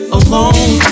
alone